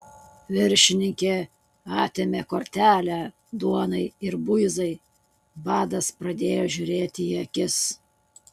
viršininkė atėmė kortelę duonai ir buizai badas pradėjo žiūrėti į akis